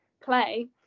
play